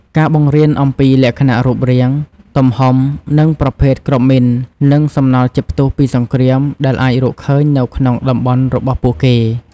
ការបង្រៀនអំពីលក្ខណៈរូបរាង ទំហំ និងប្រភេទគ្រាប់មីន និង សំណល់ជាតិផ្ទុះពីសង្គ្រាម ដែលអាចរកឃើញនៅក្នុងតំបន់របស់ពួកគេ។